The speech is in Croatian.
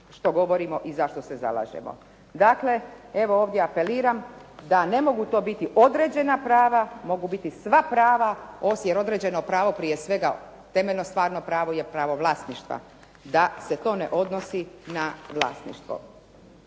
što govorimo i za što se zalažemo. Dakle, evo ovdje apeliram da ne mogu to biti određena prava, mogu biti sva prava osi jer određeno pravo prije svega temeljno stvarno pravo je pravo vlasništva. Da se to ne odnosi na vlasništvo.